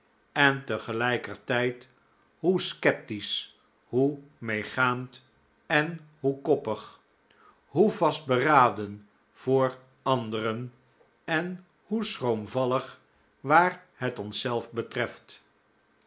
en tegelijkertijd hoe sceptisch hoe meegaand en hoe koppig hoe vastberaden voor anderen en hoe schroomvallig waar het onszelf betreft